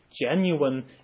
genuine